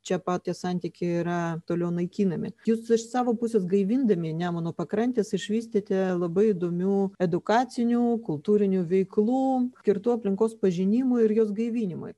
čia pat tie santykiai yra toliau naikinami jūs iš savo pusės gaivindami nemuno pakrantes išvystėte labai įdomių edukacinių kultūrinių veiklų skirtų aplinkos pažinimui ir jos gaivinimui